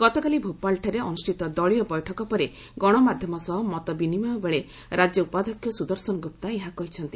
ଗତକାଲି ଭୋପାଳଠାରେ ଅନୁଷ୍ଠିତ ଦଳୀୟ ବୈଠକ ପରେ ଗଣମାଧ୍ୟମ ସହ ମତ ବିନିମୟ ବେଳେ ରାଜ୍ୟ ଉପାଧ୍ୟକ୍ଷ ସୁଦର୍ଶନ ଗୁପ୍ତା ଏହା କହିଛନ୍ତି